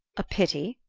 a pity?